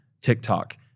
TikTok